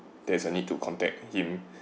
there is a need to contact him